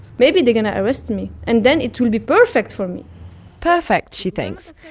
maybe they're going to arrest me. and then it will be perfect for me perfect, she thinks,